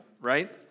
right